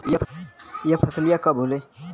यह फसलिया कब होले?